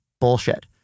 bullshit